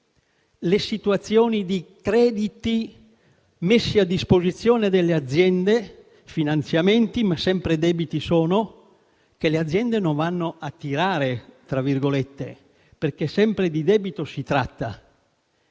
alle situazioni di crediti messi a disposizione delle aziende, finanziamenti, ma sempre debiti sono, che esse non vanno a «tirare» perché sempre di debito si tratta.